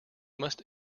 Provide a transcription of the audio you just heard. must